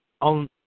on